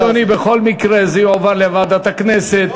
אדוני, בכל מקרה זה יועבר לוועדת הכנסת.